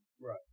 Right